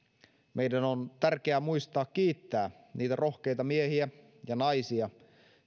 meidän on tärkeää muistaa kiittää niitä rohkeita miehiä ja naisia